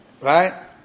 Right